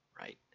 right